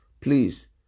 Please